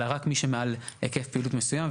אלא רק מי שמעל היקף פעילות מסוים.